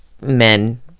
men